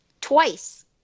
twice